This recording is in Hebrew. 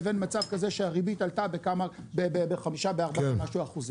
לבין מצב כזה שהריבית עלתה ב-5% או 4% ומשהו.